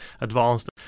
advanced